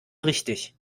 richtig